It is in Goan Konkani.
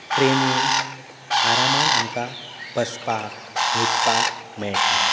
ट्रेनीन आरामांत आमकां बसपाक न्हिदपाक मेळटा